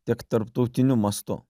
tiek tarptautiniu mastu